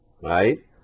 right